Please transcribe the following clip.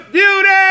beauty